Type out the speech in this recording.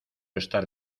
estar